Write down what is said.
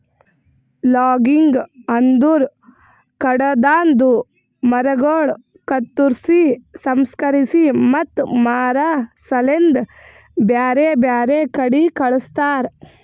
logging ಅಂದುರ್ ಕಾಡದಾಂದು ಮರಗೊಳ್ ಕತ್ತುರ್ಸಿ, ಸಂಸ್ಕರಿಸಿ ಮತ್ತ ಮಾರಾ ಸಲೆಂದ್ ಬ್ಯಾರೆ ಬ್ಯಾರೆ ಕಡಿ ಕಳಸ್ತಾರ